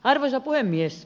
arvoisa puhemies